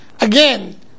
Again